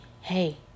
hey